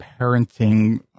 parenting